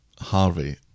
Harvey